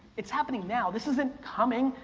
it's happening now. this isn't coming.